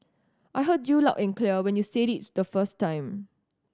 I heard you loud and clear when you said it the first time